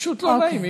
פשוט לא נעים,